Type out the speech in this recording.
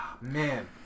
Man